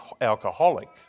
alcoholic